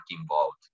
involved